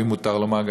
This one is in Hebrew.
ואם מותר לומר,